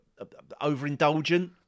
overindulgent